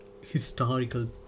historical